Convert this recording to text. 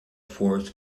force